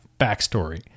backstory